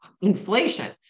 inflation